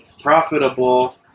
profitable